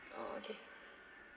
oh okay